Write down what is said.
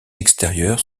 extérieurs